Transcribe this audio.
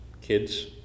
kids